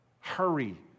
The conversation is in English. Hurry